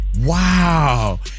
Wow